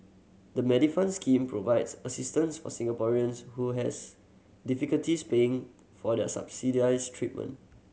the Medifund scheme provides assistance for Singaporeans who has difficulties paying for the subsidized treatment